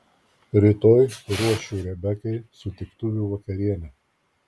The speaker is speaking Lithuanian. rytoj ruošiu rebekai sutiktuvių vakarienę